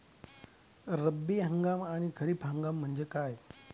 रब्बी हंगाम आणि खरीप हंगाम म्हणजे काय?